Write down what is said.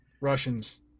Russians